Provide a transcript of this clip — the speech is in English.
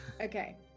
Okay